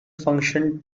function